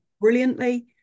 brilliantly